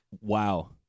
Wow